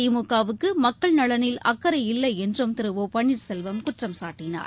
திமுக வுக்குமக்கள் நலனில் அக்கறை இல்லைஎன்றும் திருடபன்னீர்செல்வம் குற்றம் சாட்டினார்